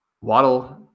waddle